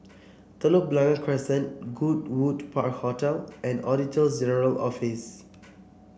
Telok Blangah Crescent Goodwood Park Hotel and Auditor General Office